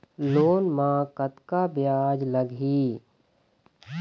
Loan म कतका ब्याज लगही?